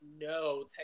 no